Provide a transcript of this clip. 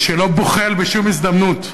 מי שלא בוחל בשום הזדמנות,